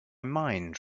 mind